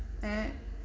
ऐं